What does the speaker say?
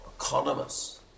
economists